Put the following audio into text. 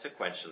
sequentially